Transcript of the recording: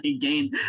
gain